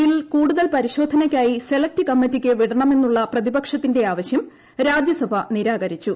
bill കൂടുതൽ പരിശോധനയ്ക്കായി select കമ്മിറ്റിക്ക് വിടണമെന്നുള്ള പ്രതിപക്ഷത്തിന്റെ ആവശ്യം രാജ്യസഭ നിരാകരിച്ചു